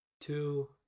Two